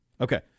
Okay